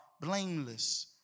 blameless